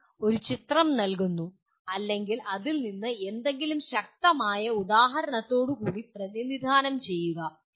നിങ്ങൾ ഒരു ചിത്രീകരണം ഒരു ചിത്രം നൽകുന്നു അല്ലെങ്കിൽ അതിൽ നിന്ന് എന്തെങ്കിലും ശക്തമായ ഉദാഹരണത്തോട് കൂടി പ്രധിനിധാനം ചെയ്യുക